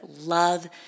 love